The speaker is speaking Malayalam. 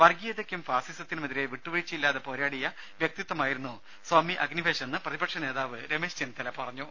വർഗീയതക്കും ഫാസിസത്തിനുമെതിരെ വിട്ടുവീഴ്ചയില്ലാതെ പോരാടിയ വ്യക്തിത്വമായിരുന്നു സ്വാമി അഗ്നിവേശ് എന്ന് പ്രതിപക്ഷ നേതാവ് രമേശ് ചെന്നിത്തല പറഞ്ഞു